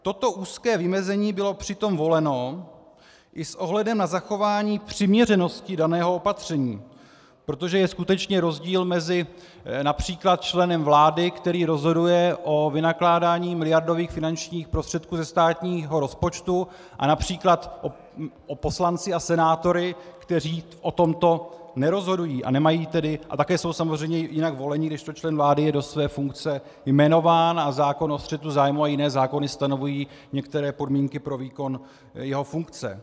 Toto úzké vymezení bylo přitom voleno i s ohledem na zachování přiměřenosti daného opatření, protože je skutečně rozdíl mezi například členem vlády, který rozhoduje o vynakládání miliardových finančních prostředků ze státního rozpočtu, a například poslanci a senátory, kteří o tomto nerozhodují a také jsou samozřejmě jinak voleni, kdežto člen vlády je do své funkce jmenován a zákon o střetu zájmů a jiné zákony stanovují některé podmínky pro výkon jeho funkce.